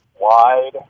wide